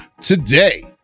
today